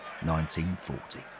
1940